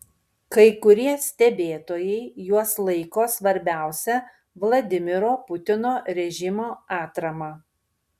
kai kurie stebėtojai juos laiko svarbiausia vladimiro putino režimo atrama